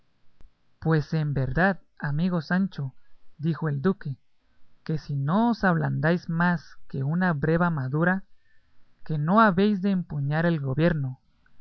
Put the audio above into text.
pues en verdad amigo sancho dijo el duque que si no os ablandáis más que una breva madura que no habéis de empuñar el gobierno